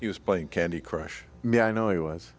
he was playing candy crush me i know he was